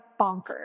bonkers